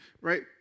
right